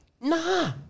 nah